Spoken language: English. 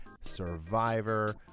Survivor